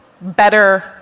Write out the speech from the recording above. better